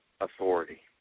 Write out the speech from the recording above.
authority